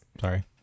Sorry